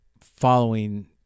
following